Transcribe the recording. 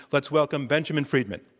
let's welcome benjamin friedman.